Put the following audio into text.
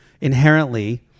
inherently